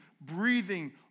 breathing